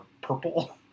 purple